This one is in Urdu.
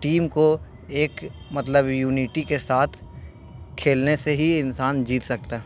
ٹیم کو ایک مطلب یونٹی کے ساتھ کھیلنے سے ہی انسان جیت سکتا ہے